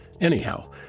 anyhow